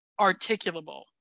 articulable